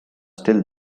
still